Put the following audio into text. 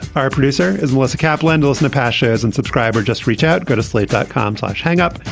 our producer is unless a cap lendl is in the past shares and unsubscribe or just reach out go to slate dot com slash hang up.